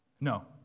No